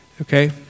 Okay